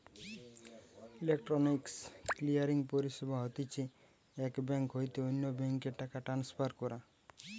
electronic clearing পরিষেবা হতিছে এক বেঙ্ক হইতে অন্য বেঙ্ক এ টাকা ট্রান্সফার করা